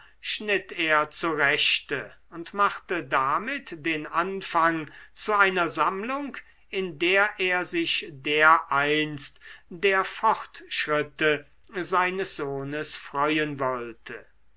schnitt er zurechte und machte damit den anfang zu einer sammlung in der er sich dereinst der fortschritte seines sohnes freuen wollte